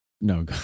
No